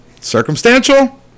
Circumstantial